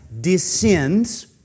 descends